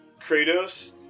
Kratos